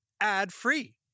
ad-free